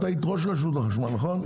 את היית ראש רשות החשמל, נכון?